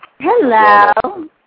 Hello